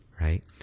right